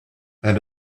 and